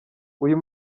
uyu